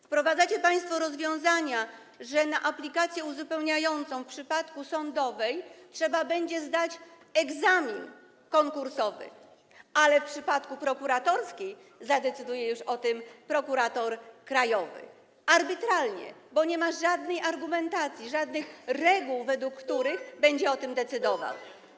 Wprowadzacie państwo rozwiązania, zgodnie z którymi na aplikację uzupełniającą w przypadku sądowej trzeba będzie zdać egzamin konkursowy, ale w przypadku prokuratorskiej zadecyduje już o tym prokurator krajowy - arbitralnie, bo nie ma żadnej argumentacji, żadnych reguł, według których będzie o tym decydował.